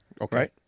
Okay